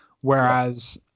whereas